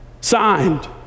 signed